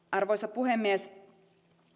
arvoisa puhemies